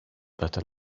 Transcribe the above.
that